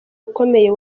ukomeye